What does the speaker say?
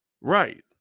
Right